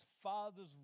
father's